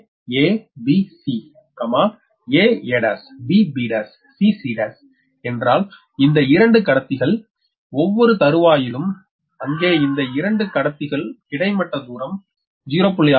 எனவே a b c aa1 bb1 cc1 என்றால் இந்த 2 கடத்திகள் ஒவ்வொரு தருவாயிலும் அங்கே இந்த இரண்டு கடத்திகள் கிடைமட்ட தூரம் 0